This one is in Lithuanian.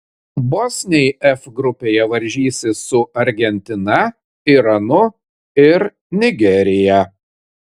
bosniai f grupėje varžysis su argentina iranu ir nigerija